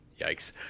Yikes